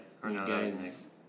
guys